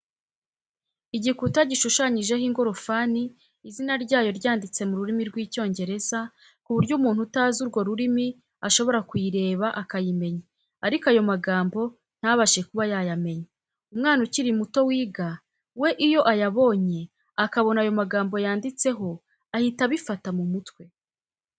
Igikuta gishushanyijeho ingorofani, izina ryayo ryanditse mu rurimi rw'Icyongereza, ku buryo umuntu utazi urwo rurimi ashobora kuyireba akayimenya, ariko ayo magambo ntabashe kuba yayamenya. Umwana ukiri muto wiga, we iyo ayabonye akabona ayo magambo yanditseho ahita abifata mu mutwe.